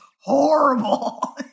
horrible